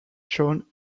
john